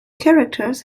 characters